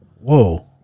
whoa